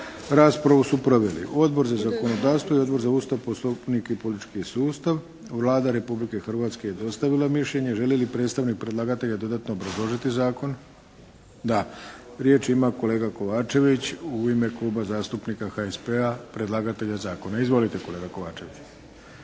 Raspravu su proveli Odbor za zakonodavstvo i Odbor za Ustav, poslovnik i politički sustav. Vlada Republike Hrvatske je dostavila mišljenje. Želi li predstavnik predlagatelja dodatno obrazložiti zakon? Da. Riječ ima kolega Kovačević u ime Kluba zastupnika HSP-a predlagatelja zakona. Izvolite kolega Kovačević.